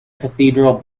cathedral